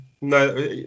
No